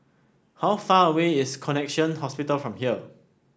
how far away is Connexion Hospital from here